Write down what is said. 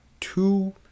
two